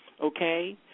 okay